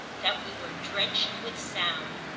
that we were drenched with sound.